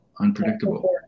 Unpredictable